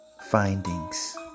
findings